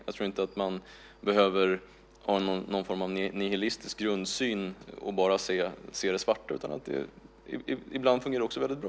Jag tror inte att man behöver ha någon form av nihilistisk grundsyn och bara se det svart, utan ibland fungerar det också väldigt bra.